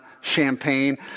champagne